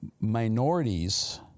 minorities